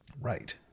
right